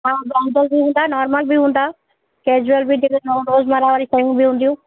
हा ॿाधल बि हूंदा नॉर्मल बि हूंदा कैज्यूअल बि जेके रोजमर्रा वारियूं शयूं बि हूंदियूं